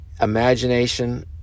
imagination